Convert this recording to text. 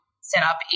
setup